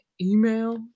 email